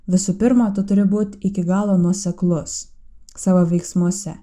visų pirma tu turi būti iki galo nuoseklus savo veiksmuose